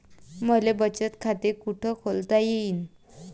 मले बचत खाते कुठ खोलता येईन?